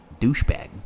douchebag